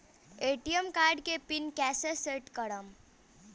ATM card के pin कैसे set करम?